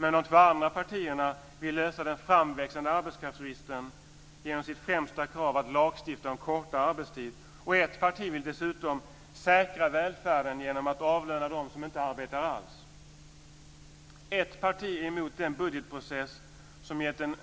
Men de två andra partierna vill lösa den framväxande arbetskraftsbristen genom sitt främsta krav på att lagstifta om kortare arbetstid. Ett parti vill dessutom säkra välfärden genom att avlöna dem som inte arbetar alls. · Ett parti är emot den budgetprocess som gett den